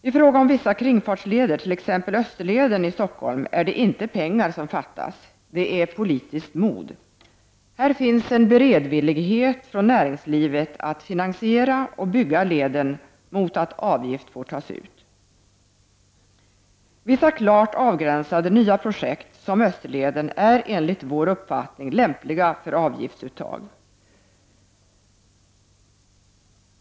I fråga om vissa kringfartsleder, t.ex. Österleden i Stockholm, är det inte pengar som fattas. Det är politiskt mod. Här finns hos näringslivet en beredvillighet att finansiera och bygga leden mot att avgift får tas ut. Vissa klart avgränsade, nya projekt, som Österleden, är enligt vår uppfattning lämpliga för avgiftsuttag.